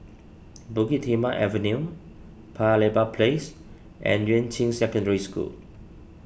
Bukit Timah Avenue Paya Lebar Place and Yuan Ching Secondary School